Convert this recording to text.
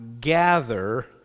gather